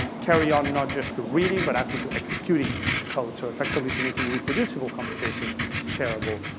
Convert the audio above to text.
carry on not just the reading, but actually to executing code, so effectively to making reproducible computations shareable.